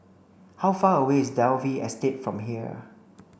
how far away is Dalvey Estate from here